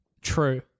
True